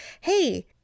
hey